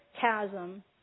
chasm